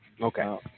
Okay